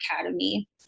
Academy